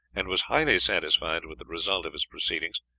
and was highly satisfied with the result of his proceedings,